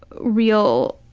real,